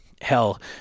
hell